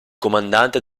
comandante